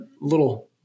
little